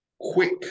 quick